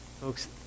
Folks